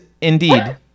indeed